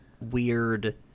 weird